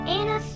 Anna